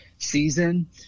season